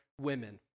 women